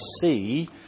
see